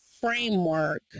framework